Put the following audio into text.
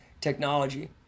technology